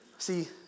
See